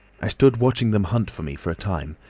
i stood watching them hunt for me for a time,